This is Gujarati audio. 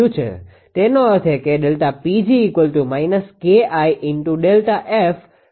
તેનો અર્થ એ કે ΔPg છે